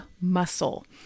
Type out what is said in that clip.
muscle